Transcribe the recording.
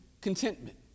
contentment